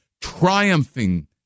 triumphing